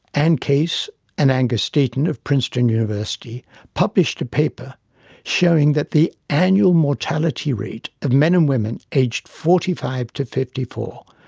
anne case and angus deaton of princeton university published a paper showing that the annual mortality rate of men and women, aged forty five fifty four,